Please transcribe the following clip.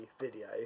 video